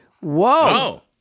Whoa